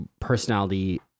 personality